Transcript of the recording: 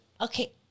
Okay